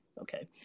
okay